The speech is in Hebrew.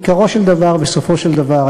עיקרו של דבר וסופו של דבר,